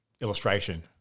illustration